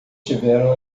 tiveram